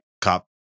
cop